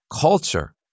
culture